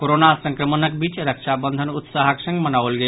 corona संक्रमणक बीच रक्षाबंधन उत्साहक संग मनाओल गेल